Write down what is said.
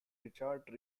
richard